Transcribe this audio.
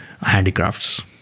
handicrafts